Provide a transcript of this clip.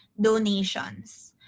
donations